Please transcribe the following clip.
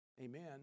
amen